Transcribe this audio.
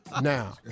Now